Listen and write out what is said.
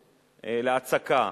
להצקה,